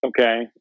Okay